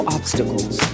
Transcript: obstacles